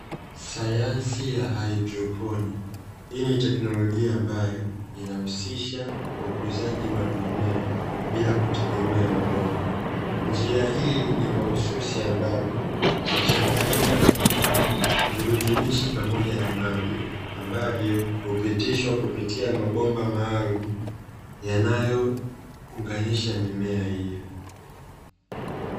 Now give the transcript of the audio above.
Sayansi ya haidroponi hii ni teknolojia ambayo inahusisha ukuaji wa mimea bila kutegemea udongo. Njia hii ni mahususi ambapo huchanganya virutubishi pamoja na maji, ambavyo hupitishwa kupitia mabomba maalumu yanayounganisha mimea hiyo.